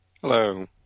Hello